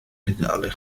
legale